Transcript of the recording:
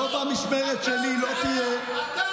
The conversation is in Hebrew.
אתה הבעיה.